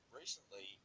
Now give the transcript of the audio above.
recently